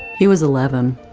he was eleven,